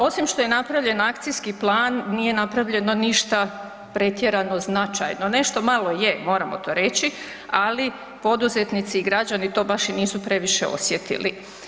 Osim što je napravljen akcijski plan, nije napravljeno ništa pretjerano značajno, nešto malo je moramo to reći, ali poduzetnici i građani to baš i nisu previše osjetili.